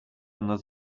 nas